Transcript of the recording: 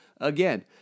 again